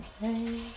hey